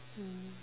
mm